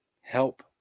help